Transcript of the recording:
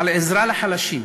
עזרה לחלשים.